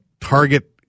Target